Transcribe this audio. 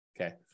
Okay